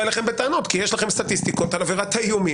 אליכם בטענות כי יש לכם סטטיסטיקות על עבירת האיומים.